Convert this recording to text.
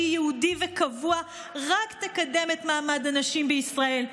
ייעודי וקבוע רק תקדם את מעמד הנשים בישראל.